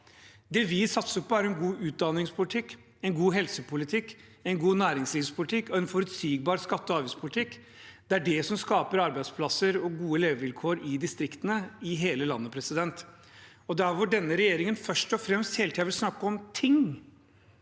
Det vi satser på, er en god utdanningspolitikk, en god helsepolitikk, en god næringslivspolitikk og en forutsigbar skatte- og avgiftspolitikk. Det er det som skaper arbeidsplasser og gode levevilkår i distriktene i hele landet. Der hvor denne regjeringen hele tiden først og fremst vil snakke om ting